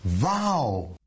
wow